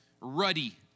ruddy